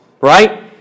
Right